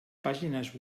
pàgines